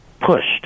pushed